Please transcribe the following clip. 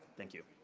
thank you.